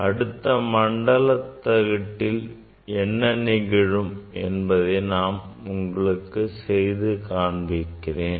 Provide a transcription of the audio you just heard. அடுத்து மண்டல தகட்டில் என்ன நிகழும் என்பதை உங்களுக்கு செய்து காண்பிக்கிறேன்